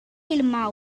helemaal